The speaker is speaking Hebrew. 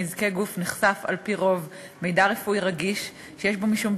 יושב-ראש ועדת